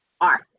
art